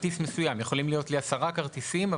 יכולים להיות לי עשרה כרטיסים,